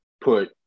put